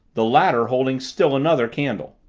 the latter holding still another candle.